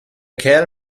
kerl